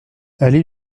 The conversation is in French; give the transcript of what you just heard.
allée